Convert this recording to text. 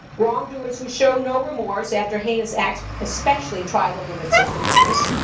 wrongdoers who show no remorse after heinous acts, especially, try the limits of forgiveness.